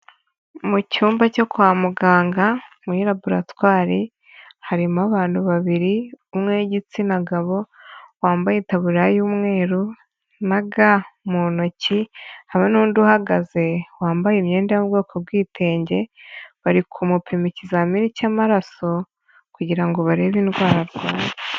Mu cyumba cyo kwa muganga, muri raburatwari, harimo abantu babiri, umwe y'igitsina gabo wambaye itaburiya y'umweru na ga mu ntoki, haba n'undi uhagaze wambaye imyenda yo mu bwoko bw'itenge, bari kumupima ikizamini cy'amaraso kugira ngo barebe indwara.